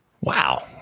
Wow